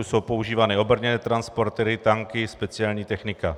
Jsou používány obrněné transportéry, tanky, speciální technika.